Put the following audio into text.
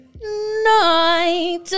night